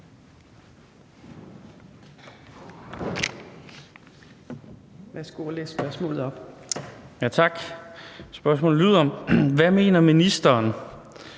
Hvad mener ministeren